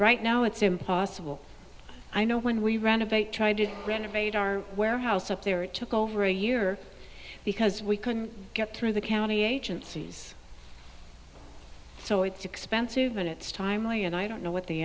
right now it's impossible i know when we renovate trying to renovate our warehouse up there it took over a year because we couldn't get through the county agencies so it's expensive and it's timely and i don't know what the